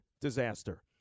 disaster